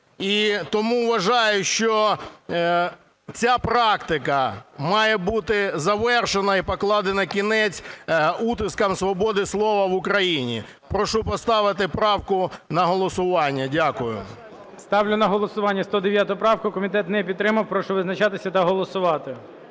тому вважаю, що ця практика має бути завершена і покладено кінець утискам свободи слова в Україні. Прошу поставити правку на голосування. Дякую. ГОЛОВУЮЧИЙ. Ставлю на голосування 109 правку. Комітет не підтримав. Прошу визначатися та голосувати.